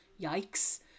yikes